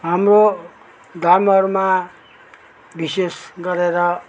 हाम्रो धर्महरूमा विशेष गरेर